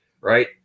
Right